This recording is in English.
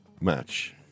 Match